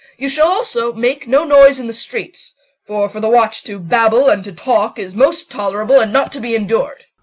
you shall also make no noise in the streets for, for the watch to babble and to talk is most tolerable and not to be endured.